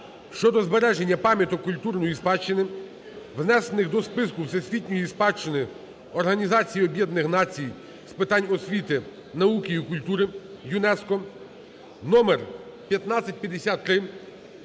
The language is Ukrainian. (щодо збереження пам'яток культурної спадщини, внесених до Списку всесвітньої спадщини Організації Об'єднаних Націй з питань освіти, науки і культури (ЮНЕСКО) (№1553)